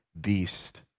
beast